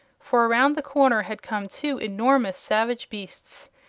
for around the corner had come two enormous savage beasts,